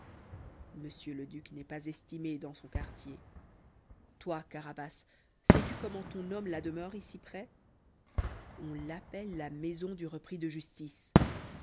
le duc n'est pas estimé dans son quartier toi carapace sais-tu comment on nomme la demeure ici près on l'appelle la maison du repris de justice